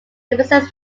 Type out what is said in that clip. presents